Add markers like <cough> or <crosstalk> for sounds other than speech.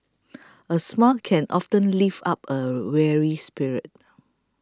<noise> a smile can often lift up a weary spirit